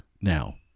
Now